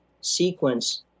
sequence